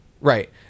right